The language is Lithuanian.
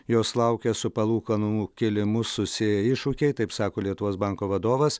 jos laukia su palūkanų kėlimu susiję iššūkiai taip sako lietuvos banko vadovas